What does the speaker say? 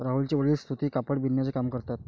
राहुलचे वडील सूती कापड बिनण्याचा काम करतात